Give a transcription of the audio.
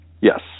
Yes